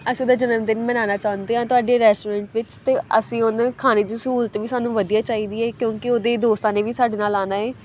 ਅਸੀਂ ਉਹਦਾ ਜਨਮ ਦਿਨ ਮਨਾਉਣਾ ਚਾਹੁੰਦੇ ਹਾਂ ਤੁਹਾਡੇ ਰੈਸਟੋਰੈਂਟ ਵਿੱਚ ਅਤੇ ਅਸੀਂ ਉਹਨੂੰ ਖਾਣੇ 'ਚ ਸਹੂਲਤ ਵੀ ਸਾਨੂੰ ਵਧੀਆ ਚਾਹੀਦੀ ਹੈ ਕਿਉਂਕਿ ਉਹਦੇ ਦੋਸਤਾਂ ਨੇ ਵੀ ਸਾਡੇ ਨਾਲ ਆਉਣਾ ਹੈ